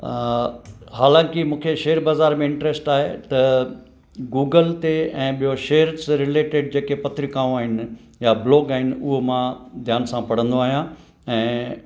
हालाकी मूंखे शेयर बाज़ारि में इंट्र्स्ट आहे त गूगल ते ऐं ॿियो शेयर्स रिलेटेड जेके पत्रिकाऊं आहिनि या ब्लॉग आहिनि उहो मां ध्यान सां पढ़ंदो आहियां ऐं